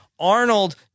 Arnold